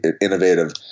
innovative